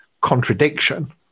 contradiction